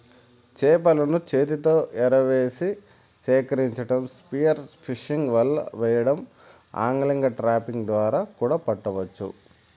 చేపలను చేతితో ఎరవేసి సేకరించటం, స్పియర్ ఫిషింగ్, వల వెయ్యడం, ఆగ్లింగ్, ట్రాపింగ్ ద్వారా కూడా పట్టవచ్చు